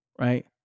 right